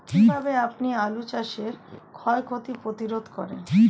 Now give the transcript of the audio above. কীভাবে আপনি আলু চাষের ক্ষয় ক্ষতি প্রতিরোধ করেন?